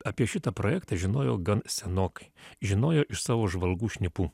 apie šitą projektą žinojo gan senokai žinojo iš savo žvalgų šnipų